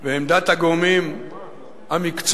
ועמדת הגורמים המקצועיים,